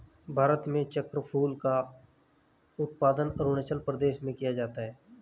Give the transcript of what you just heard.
भारत में चक्रफूल का उत्पादन अरूणाचल प्रदेश में किया जाता है